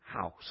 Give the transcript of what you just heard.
house